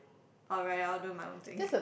orh right I will do my own thing